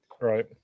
Right